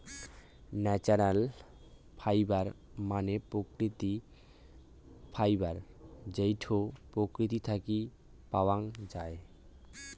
natural fibre মানে প্রাকৃতিক fibre যেইটো প্রকৃতি থেকে পাওয়াঙ যাই